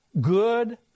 good